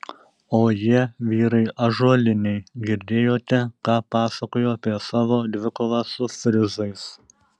o jie vyrai ąžuoliniai girdėjote ką pasakojo apie savo dvikovą su frizais